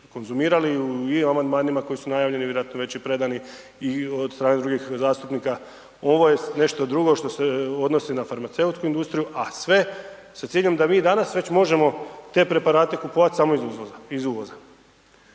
konzumirali i u amandmanima, koji su najavljeni, vjerojatno već i predani od strane drugih zastupnika. Ovo je nešto drugo što se odnosi na farmaceutsku industriju a sve sa ciljem, da vi i danas već možemo te preprate kupovati samo iz uvoza.